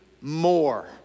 more